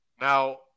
Now